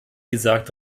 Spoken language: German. gesagt